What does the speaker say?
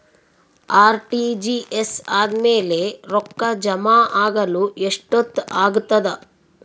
RTGS ಆದ್ಮೇಲೆ ರೊಕ್ಕ ಜಮಾ ಆಗಲು ಎಷ್ಟೊತ್ ಆಗತದ?